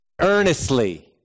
earnestly